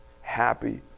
happy